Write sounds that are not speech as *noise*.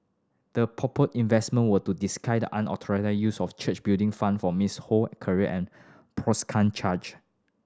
the purported investment were to disguise the unauthorised use of church Building Fund for Miss Ho career and *unintelligible* charge